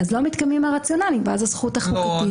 לא מתקיימים הרציונלים ואז הזכות החוקתית.